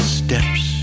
steps